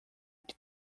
que